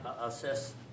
assess